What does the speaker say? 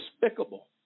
Despicable